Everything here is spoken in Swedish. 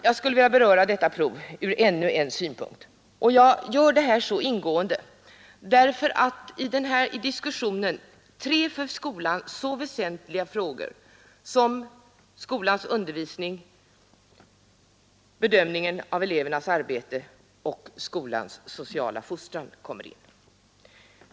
Jag skulle vilja beröra detta prov ur ännu en synpunkt. Jag gör detta så ingående därför att i den här diskussionen tre för skolan så väsentliga frågor som skolans undervisning, bedömningen av elevernas arbete och skolans sociala fostran kommer in.